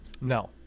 no